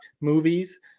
movies